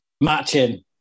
Matching